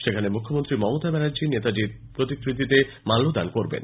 সেখানে মুখ্যমন্ত্রী মমতা ব্যানার্জি নেতাজির প্রতিকৃতিতে মাল্যদান করবেন